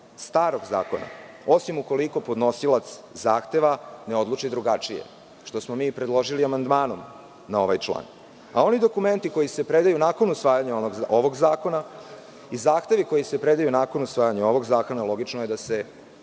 starog zakona, osim ukoliko podnosilac zahteva ne odluči drugačije, što smo mi predložili i amandmanom na ovaj član. Oni dokumenti koji se predaju nakon usvajanja ovog zakona i zahtevi koji se predaju nakon usvajanja ovog zakona, logično je da se